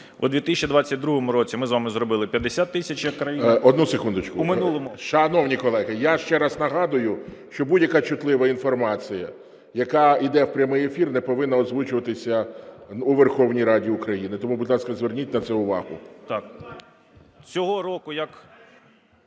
У 2021 році ми з вами зробили 50 тисяч як країна, у минулому... ГОЛОВУЮЧИЙ. Одну секундочку. Шановні колеги, я ще раз нагадую, що будь-яка чутлива інформація, яка йде в прямий ефір, не повинна озвучуватися у Верховній Раді України. Тому, будь ласка, зверніть на це увагу.